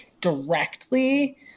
directly